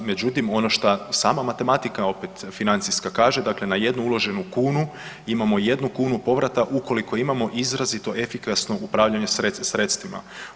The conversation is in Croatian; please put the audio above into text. Međutim, ono što sama matematika opet financijska kaže dakle na 1 uloženu kunu imamo 1 kunu povrata ukoliko imamo izrazito efikasno upravljanje sredstvima.